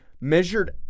measured